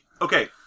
Okay